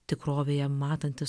tikrovėje matantis